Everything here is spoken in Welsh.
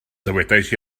dywedais